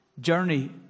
journey